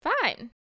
Fine